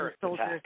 soldiers –